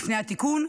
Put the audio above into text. לפני התיקון,